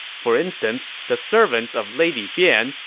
for instance, the servants of lady bian,